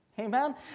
Amen